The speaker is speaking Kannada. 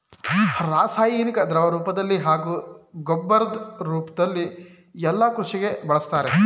ರಾಸಾಯನಿಕನ ದ್ರವರೂಪ್ದಲ್ಲಿ ಹಾಗೂ ಗೊಬ್ಬರದ್ ರೂಪ್ದಲ್ಲಿ ಯಲ್ಲಾ ಕೃಷಿಗೆ ಬಳುಸ್ತಾರೆ